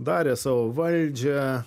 darė savo valdžią